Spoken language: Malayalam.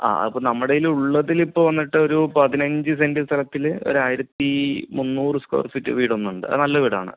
ആ അപ്പോൾ നമ്മുടെ കൈയ്യിൽ ഉള്ളതിലിപ്പോൾ വന്നിട്ടൊരു പതിനഞ്ച് സെൻറ്റ് സ്ഥലത്തിൽ ഒരായിരത്തി മുന്നൂറ് സ്കൊയർ ഫീറ്റ് വീടൊന്നുണ്ട് അത് നല്ല വീടാണ്